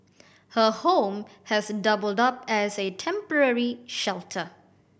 her home has doubled up as a temporary shelter